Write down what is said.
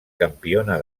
campiona